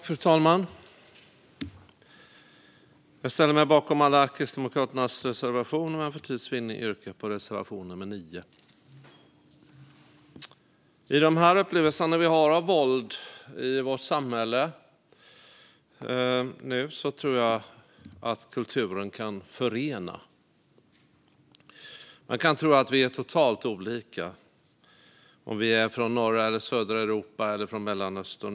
Fru talman! Jag ställer mig bakom alla Kristdemokraternas reservationer, men för tids vinning yrkar jag bifall bara till reservation nummer 9. I de upplevelser som vi nu har av våld i vårt samhälle tror jag att kulturen kan förena. Man kan tro att vi är totalt olika beroende på om vi är från norra Europa eller södra Europa eller Mellanöstern.